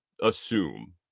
assume